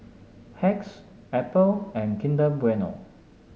Hacks Apple and Kinder Bueno